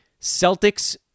Celtics